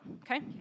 okay